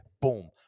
Boom